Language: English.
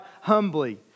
humbly